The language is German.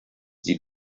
sie